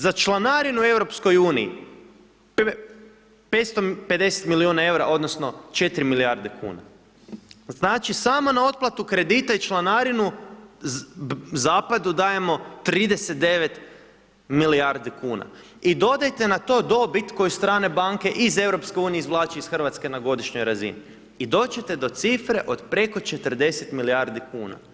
Za članarinu EU 550 milijuna EUR-a odnosno 4 milijarde kuna, znači samo na otplatu kredita i članarinu zapadu dajemo 39 milijardi kuna i dodajte na to dobit koju strane banke iz EU izvlače iz Hrvatske na godišnjoj razini i doći ćete do cifre od preko 40 milijardi kuna.